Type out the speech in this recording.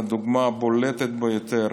והדוגמה הבולטת ביותר